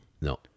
No